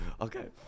Okay